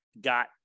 got